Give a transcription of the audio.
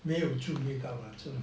没有注意到啦这种